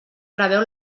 preveu